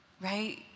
right